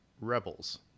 rebels